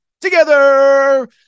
together